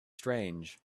strange